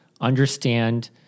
understand